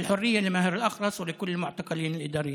חירות למאהר אל-אח'רס ולכל העצורים המינהליים.)